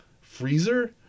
freezer